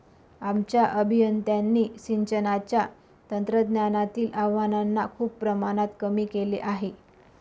आमच्या अभियंत्यांनी सिंचनाच्या तंत्रज्ञानातील आव्हानांना खूप प्रमाणात कमी केले आहे